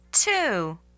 Two